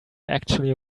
actually